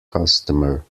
customer